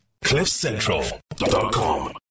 Cliffcentral.com